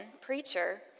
preacher